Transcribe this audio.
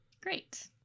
Great